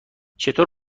چطور